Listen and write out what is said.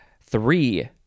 Three